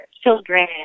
children